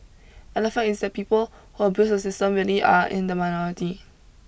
and the fact is that the people who abuse the system really are in the minority